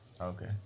Okay